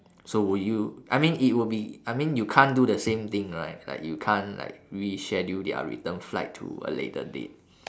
so would you I mean it would be I mean you can't do the same thing right like you can't like reschedule their return flight to a later date